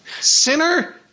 Sinner